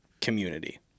community